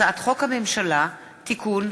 הצעת חוק יום העצמאות (תיקון,